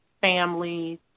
families